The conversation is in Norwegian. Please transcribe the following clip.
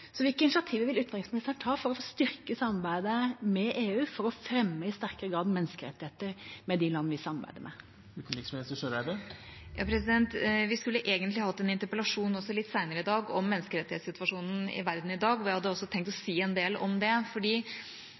Hvilke initiativ vil utenriksministeren ta for å styrke samarbeidet med EU for å fremme i sterkere grad menneskerettigheter i de land vi samarbeider med? Vi skulle egentlig hatt en interpellasjon også litt senere i dag om menneskerettighetssituasjonen i verden i dag, og jeg hadde også tenkt å si en del om det.